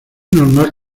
normal